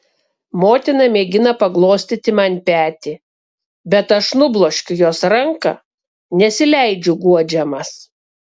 motina mėgina paglostyti man petį bet aš nubloškiu jos ranką nesileidžiu guodžiamas